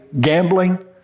gambling